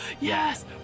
yes